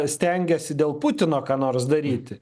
stengiasi dėl putino ką nors daryti